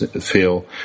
feel